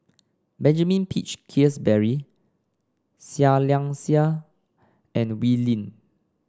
Benjamin Peach Keasberry Seah Liang Seah and Wee Lin